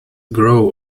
grow